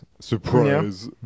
Surprise